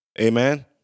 Amen